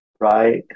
right